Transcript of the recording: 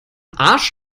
arsch